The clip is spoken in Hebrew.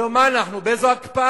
היום מה אנחנו, באיזו הקפאה?